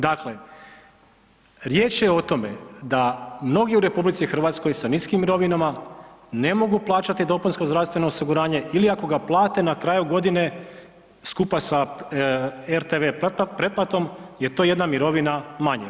Dakle, riječ je o tome da mnogi u RH sa niskim mirovinama ne mogu plaćati dopunsko zdravstveno osiguranje, ili ako ga plate na kraju godine, skupa sa RTV pretplatom je to jedna mirovina manje.